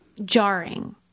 jarring